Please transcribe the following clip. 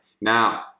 Now